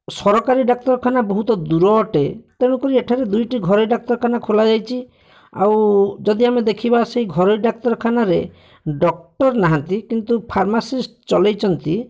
ସରକାରୀ ଡାକ୍ତରଖାନା ବହୁତ ଦୂର ଅଟେ ତେଣୁ କରି ଏଠାରେ ଦୁଇଟି ଘରୋଇ ଡାକ୍ତରଖାନା ଖୋଲାଯାଇଛି ଆଉ ଯଦି ଆମେ ଦେଖିବା ସେହି ଘରୋଇ ଡାକ୍ତରଖାନାରେ ଡକ୍ଟର୍ ନାହାନ୍ତି କିନ୍ତୁ ଫାର୍ମାସିଷ୍ଟ ଚଳେଇଛନ୍ତି